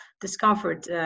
discomfort